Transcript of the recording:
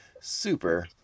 super